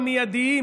המיידיים